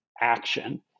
action